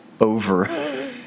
over